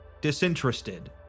disinterested